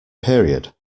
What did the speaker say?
period